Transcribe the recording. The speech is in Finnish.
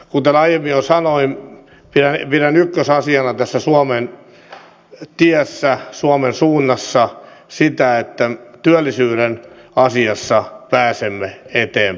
kuten aiemmin jo sanoin pidän ykkösasiana tässä suomen tiessä suomen suunnassa sitä että työllisyyden asiassa pääsemme eteenpäin